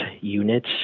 units